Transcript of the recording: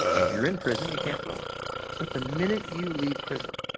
if you're in prison, you can't vote but the minute you leave prison,